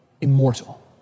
immortal